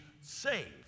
saved